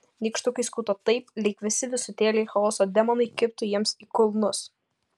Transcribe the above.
nykštukai skuto taip lyg visi visutėliai chaoso demonai kibtų jiems į kulnus